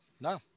no